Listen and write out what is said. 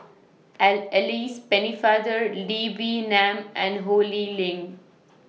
Alice Pennefather Lee Wee Nam and Ho Lee Ling